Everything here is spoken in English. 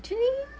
actually